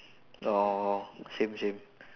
oh same same